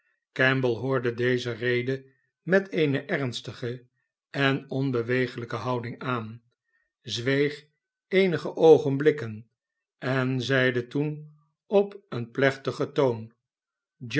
kemble hoorde deze rede met eene ernstige en onbeweeglijke houding aan zweeg eenige oogenblikken en zeide toen op een plechtigen toon